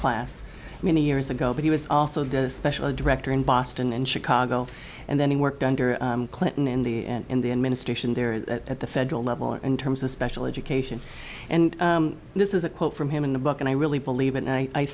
class many years ago but he was also the special director in boston and chicago and then he worked under clinton in the and the administration there at the federal level in terms of special education and this is a quote from him in the book and i really believe and i